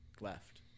left